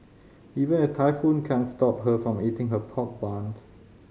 even a typhoon can't stop her from eating her pork bunt